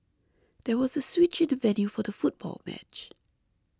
there was a switch in the venue for the football match